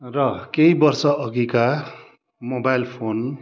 र केही वर्षअघिका मोबाइल फोन